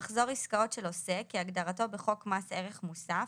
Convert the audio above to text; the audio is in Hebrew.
מחזור עסקאות של עוסק כהגדרתו בחוק מס ערך מוסף,